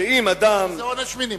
שאם אדם, זה עונש מינימום.